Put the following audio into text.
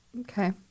okay